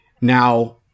Now